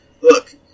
look